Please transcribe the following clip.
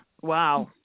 Wow